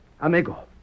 Amigo